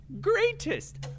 Greatest